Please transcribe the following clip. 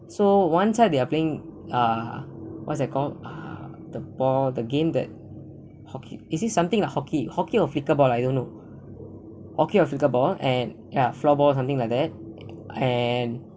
so one side they are playing uh what's that called uh the ball the game that hockey is it something like hockey hockey or flicker ball lah I don't know hockey or flicker ball and ya floor ball something like that and